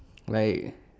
right